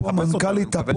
יש לנו פה מנכ"לית הפועל,